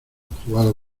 jugado